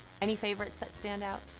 any favorites that stand out?